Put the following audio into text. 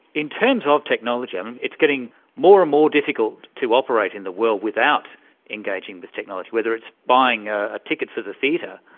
in terms of technology, um it's getting more and more difficult to operate in the world without engaging with technology, whether it's buying a ticket for the theatre,